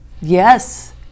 Yes